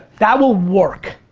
that will work.